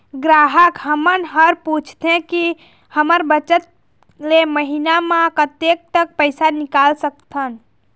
ग्राहक हमन हर पूछथें की हमर बचत ले महीना मा कतेक तक पैसा निकाल सकथन?